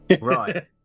Right